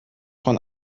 von